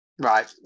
Right